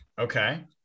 Okay